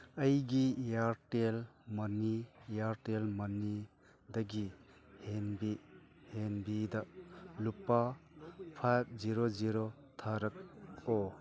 ꯑꯩꯒꯤ ꯏꯌꯔꯇꯦꯜ ꯃꯅꯤ ꯏꯌꯔꯇꯦꯜ ꯃꯅꯤꯗꯒꯤ ꯍꯦꯟꯕꯤ ꯍꯦꯟꯕꯤꯗ ꯂꯨꯄꯥ ꯐꯥꯏꯚ ꯖꯦꯔꯣ ꯖꯦꯔꯣ ꯊꯥꯈꯣ